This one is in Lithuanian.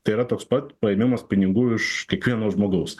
tai yra toks pat paėmimas pinigų iš kiekvieno žmogaus